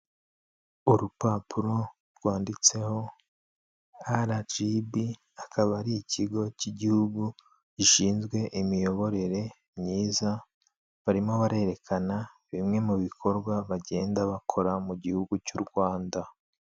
Urupapuro rwanditseho RGB akaba ari ikigo cy'igihugu gishinzwe imiyoborere myiza, barimo barerekana bimwe mu bikorwa bagenda bakora mu gihugu cy'u Rwanda.